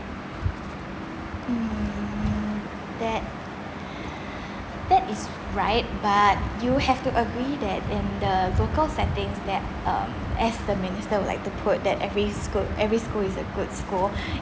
mm that that is right but you have to agree that in the local settings that um as the minister would like to put that every school every school is a good school